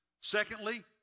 Secondly